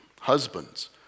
Husbands